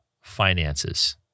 finances